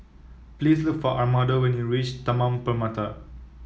please look for Armando when you reach Taman Permata